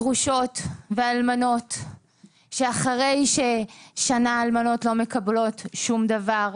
גרושות ואלמנות שאחרי ששנה אלמנות לא מקבלות שום דבר,